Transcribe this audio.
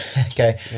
Okay